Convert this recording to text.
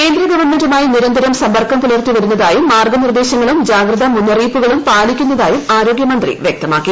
കേന്ദ്ര ഗവൺമെന്റുമായി നിരന്തരം സമ്പർക്കം പുലർത്തിവരുന്നതായും മാർഗനിർദ്ദേശങ്ങളും ജാഗ്രതാ മുന്നറിയിപ്പുകളും പാലിക്കുന്നതായും ആരോഗ്യമന്ത്രി വ്യക്തമാക്കി